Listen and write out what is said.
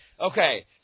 Okay